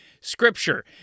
scripture